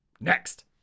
next